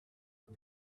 not